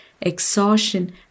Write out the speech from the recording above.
exhaustion